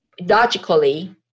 logically